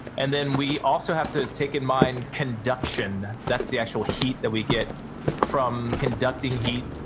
and then we also have to take in mind conduction, that's the actual heat that we get from conducting heat,